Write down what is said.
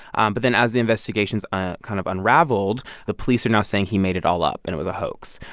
um but then as the investigations ah kind of unraveled, the police are now saying he made it all up and it was a hoax.